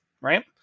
right